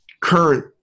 current